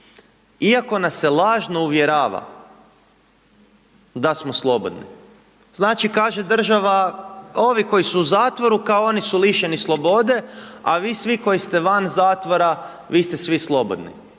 Iako nas se lažno uvjerava da smo slobodni. Znači kaže država ovi koji su u zatvoru, kao oni su lišeni slobode a vi svi koji ste van zatvora, vi ste svi slobodni.